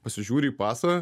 pasižiūri į pasą